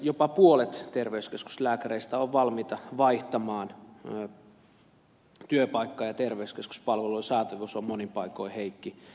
jopa puolet terveyskeskuslääkäreistä on valmis vaihtamaan työpaikkaa ja terveyskeskuspalvelujen saatavuus on monin paikoin heikko